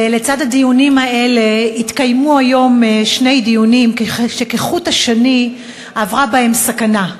לצד הדיונים האלה התקיימו היום שני דיונים שכחוט השני עברה בהם סכנה,